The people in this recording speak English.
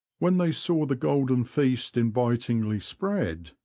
when they saw the golden feast invitingly spread,